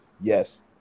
Yes